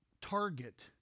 target